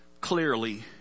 clearly